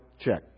Check